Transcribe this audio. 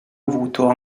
avuto